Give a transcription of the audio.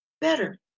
better